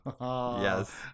Yes